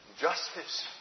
justice